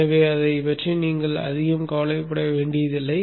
எனவே அதைப் பற்றி நீங்கள் அதிகம் கவலைப்பட வேண்டியதில்லை